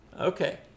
okay